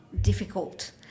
difficult